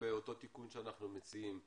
לגבי אותו תיקון שאנחנו מציעים,